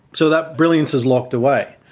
so that brilliance is locked away.